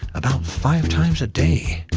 about five times a day.